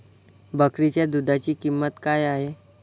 बकरीच्या दूधाची किंमत काय आहे?